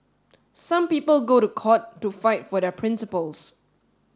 some people go to court to fight for their principles